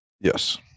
Yes